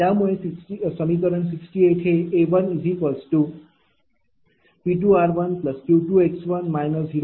त्यामुळे समीकरण 68 हे A1P2r1Q2x1 0